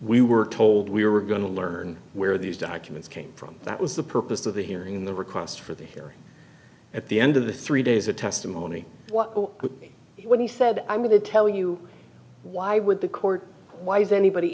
we were told we were going to learn where these documents came from that was the purpose of the hearing the request for the hearing at the end of the three days of testimony what he said i'm going to tell you why would the court why is anybody